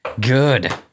good